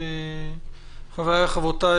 חבריי וחברותיי,